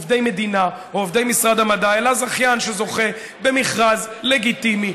אינם עובדי מדינה או עובדי משרד המדע אלא זכיין שזוכה במכרז לגיטימי,